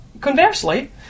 Conversely